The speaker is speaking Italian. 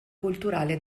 culturale